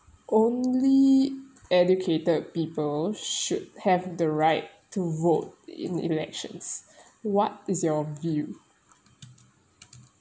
only educated people should have the right to vote in elections what is your view